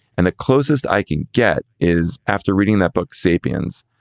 and the closest i can get is after reading that book sapiens,